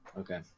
Okay